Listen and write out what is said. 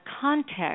context